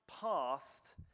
past